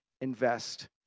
invest